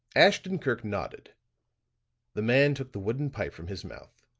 ashton-kirk nodded the man took the wooden pipe from his mouth,